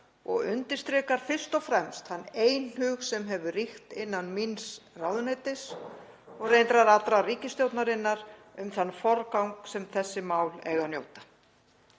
og undirstrikar fyrst og fremst þann einhug sem hefur ríkt innan míns ráðuneytis, og reyndar allrar ríkisstjórnarinnar, um þann forgang sem þessi mál eiga að njóta.“